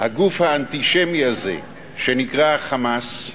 הגוף האנטישמי הזה שנקרא ה"חמאס",